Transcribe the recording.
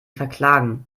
verklagen